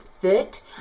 fit